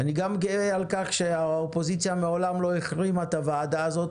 אני גם גאה על כך שהאופוזיציה מעולם לא החרימה את הוועדה הזאת.